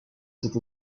cette